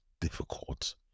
difficult